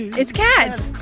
it's cats.